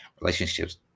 relationships